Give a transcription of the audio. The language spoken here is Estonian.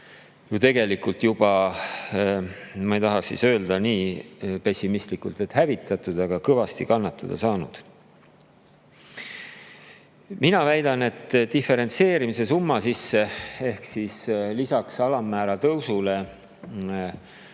tegelikult küll, ma ei taha öelda nii pessimistlikult, et hävitatud, aga kõvasti kannatada saanud. Mina väidan, et diferentseerimis[fondi] summa sisse ehk siis lisaks alammäära tõusule koolidele